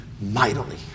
mightily